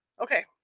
Okay